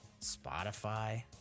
Spotify